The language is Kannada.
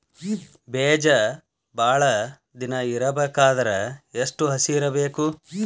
ಬೇಜ ಭಾಳ ದಿನ ಇಡಬೇಕಾದರ ಎಷ್ಟು ಹಸಿ ಇರಬೇಕು?